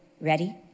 Ready